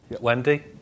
wendy